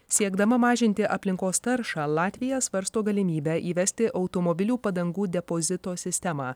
siekdama mažinti aplinkos taršą latvija svarsto galimybę įvesti automobilių padangų depozito sistemą